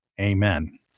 Amen